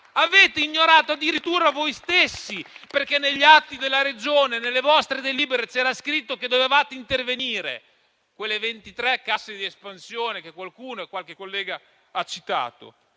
avete ignorato addirittura voi stessi, perché negli atti della Regione, nelle vostre delibere, c'era scritto che dovevate intervenire, con quelle 23 casse di espansione che qualche collega ha citato.